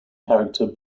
character